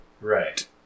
Right